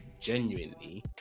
genuinely